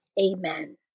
Amen